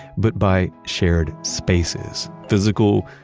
but by shared spaces physical,